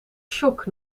shock